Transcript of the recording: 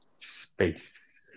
space